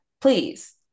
please